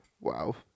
Wow